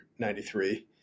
93